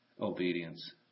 obedience